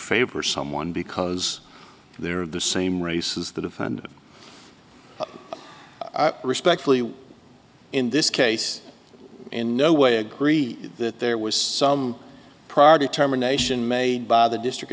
favor someone because they're the same race as the defendant respectfully in this case in no way agree that there was some prior determination made by the district